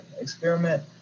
experiment